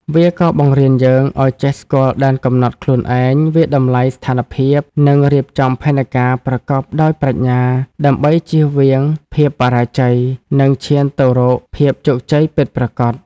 វាក៏បង្រៀនយើងឲ្យចេះស្គាល់ដែនកំណត់ខ្លួនឯង វាយតម្លៃស្ថានភាព និងរៀបចំផែនការប្រកបដោយប្រាជ្ញា ដើម្បីជៀសវាងភាពបរាជ័យ និងឈានទៅរកភាពជោគជ័យពិតប្រាកដ។